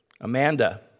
Amanda